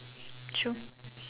true